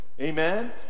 amen